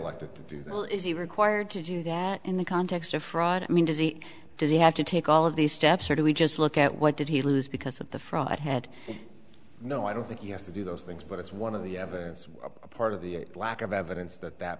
he required to do that in the context of fraud i mean does he does he have to take all of these steps or do we just look at what did he lose because of the fraud had no i don't think he has to do those things but it's one of the evidence part of the lack of evidence that that